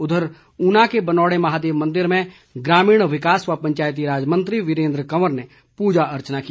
उधर ऊना के बनौड़े महादेव मंदिर में ग्रामीण विकास व पंचायतीराज मंत्री वीरेंद्र कंवर ने पूजा अर्चना की